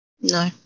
no